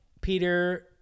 Peter